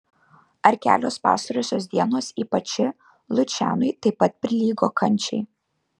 ar kelios pastarosios dienos ypač ši lučianui taip pat prilygo kančiai